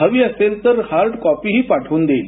हवी असेल तर हार्ड कॉपीही पाठवून देईल